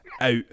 out